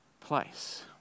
place